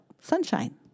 sunshine